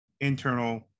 internal